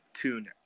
tune